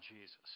Jesus